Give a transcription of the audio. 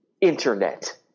internet